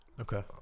okay